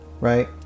right